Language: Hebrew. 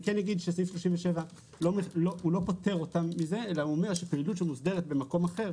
סעיף 37 לא פוטר אותם מזה אלא אומר שפעילות התיווך